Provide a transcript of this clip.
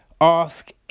ask